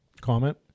Comment